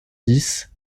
dix